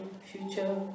future